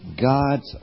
God's